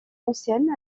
ancienne